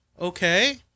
okay